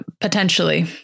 potentially